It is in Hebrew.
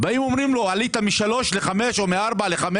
אומרים לו שהוא עלה מ-3 ל-5 או מ-4 ל-5,